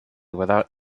without